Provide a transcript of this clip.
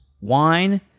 wine